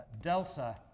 delta